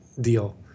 deal